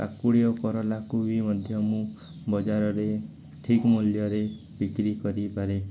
କାକୁଡ଼ି କଲରାକୁ ବି ମଧ୍ୟ ମୁଁ ବଜାରରେ ଠିକ୍ ମୂଲ୍ୟରେ ବିକ୍ରି କରିପାରେ